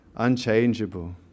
unchangeable